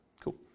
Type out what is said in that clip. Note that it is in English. Cool